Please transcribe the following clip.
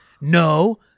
No